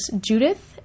Judith